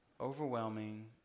overwhelming